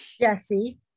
Jesse